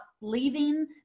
leaving